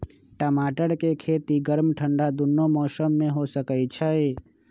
टमाटर के खेती गर्म ठंडा दूनो मौसम में हो सकै छइ